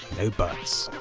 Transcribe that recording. no butts!